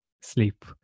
sleep